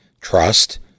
trust